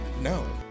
No